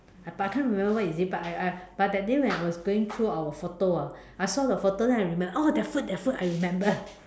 uh but I can't remember what is it but I I but that day when I was going through our photo ah I saw the photo then I remember oh that food that food I remember